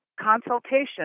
consultation